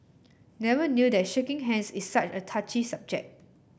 never knew that shaking hands is such a touchy subject